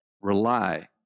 rely